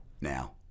now